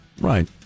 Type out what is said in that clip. Right